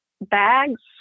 bags